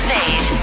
Fade